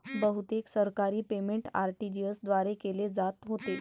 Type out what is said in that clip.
बहुतेक सरकारी payment RTGS द्वारे केले जात होते